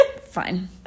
fine